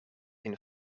een